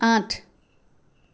আঠ